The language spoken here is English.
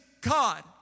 God